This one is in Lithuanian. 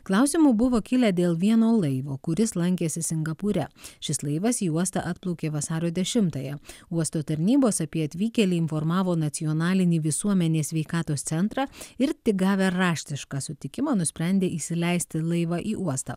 klausimų buvo kilę dėl vieno laivo kuris lankėsi singapūre šis laivas į uostą atplaukė vasario dešimtąją uosto tarnybos apie atvykėlį informavo nacionalinį visuomenės sveikatos centrą ir tik gavę raštišką sutikimą nusprendė įsileisti laivą į uostą